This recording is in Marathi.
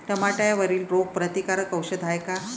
टमाट्यावरील रोग प्रतीकारक औषध हाये का?